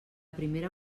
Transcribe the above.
primera